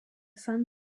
sun